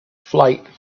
flight